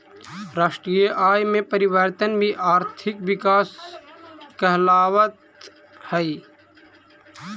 राष्ट्रीय आय में परिवर्तन भी आर्थिक विकास कहलावऽ हइ